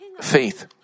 faith